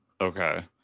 Okay